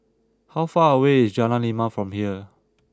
how far away is Jalan Lima from here